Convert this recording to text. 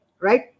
right